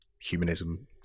humanism